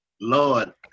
Lord